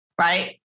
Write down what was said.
Right